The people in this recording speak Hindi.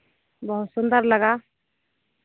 बहुत सुंदर लगा